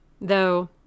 though